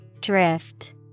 Drift